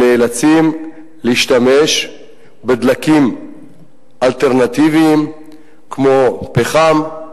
אנחנו נאלצים להשתמש בדלקים אלטרנטיביים כמו פחם,